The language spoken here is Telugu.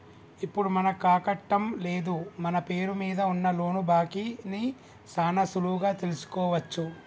ఇప్పుడు మనకాకట్టం లేదు మన పేరు మీద ఉన్న లోను బాకీ ని సాన సులువుగా తెలుసుకోవచ్చు